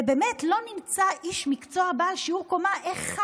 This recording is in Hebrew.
ובאמת לא נמצא איש מקצוע בעל שיעור קומה אחד,